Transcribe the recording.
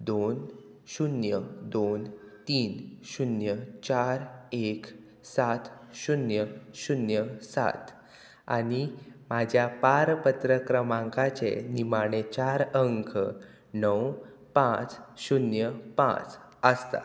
दोन शुन्य दोन तीन शुन्य चार एक सात शुन्य शुन्य सात आनी म्हाज्या पारपत्र क्रमांकाचे निमाणे चार अंक णव पांच शुन्य पांच आसता